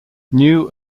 new